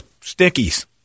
stickies